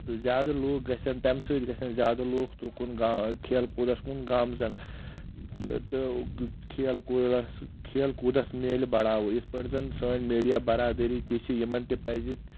تہٕ زیادٕ لوٗکھ گژھن تمہِ سۭتۍ گژھن زیادٕ لوٗکھ تُکُن گا کھیل کوٗدس کُن گامزن تہٕ کھیل کودس کھیل کودس مِلہِ بڑاوٕ یتھ پٲتھۍ زن سٲنۍ میڈیا برادٔری تہِ چھِ یِمن تہِ پزِ